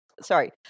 Sorry